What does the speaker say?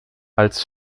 als